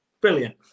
Brilliant